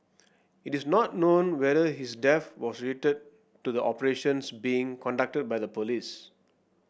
it is not known whether his death was related to the operations being conducted by the police